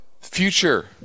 future